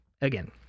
again